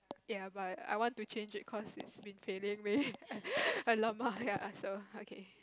ya but I want to change it cause it's been failing me a lot more ya so okay